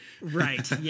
Right